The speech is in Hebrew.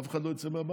אף אחד לא יצא מהבית.